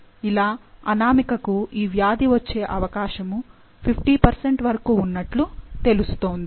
ఇలా అనామికకు ఈ వ్యాధి వచ్చే అవకాశము 50 వరకు ఉన్నట్లు తెలుస్తోంది